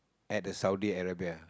at the Saudi-Arabia